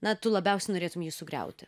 na tu labiausiai norėtum jį sugriauti